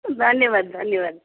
ଧନ୍ୟବାଦ ଧନ୍ୟବାଦ